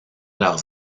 leurs